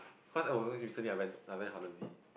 cause I was recently I went I went Holland-V